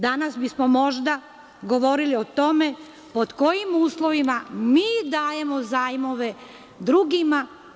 Danas bismo možda govorili o tome pod kojim uslovima mi dajemo zajmove drugima.